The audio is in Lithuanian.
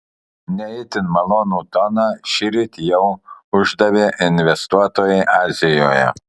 ne itin malonų toną šįryt jau uždavė investuotojai azijoje